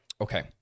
Okay